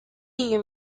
you